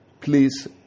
Please